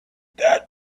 that